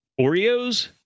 Oreos